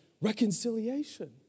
reconciliation